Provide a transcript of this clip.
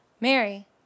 Mary